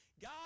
God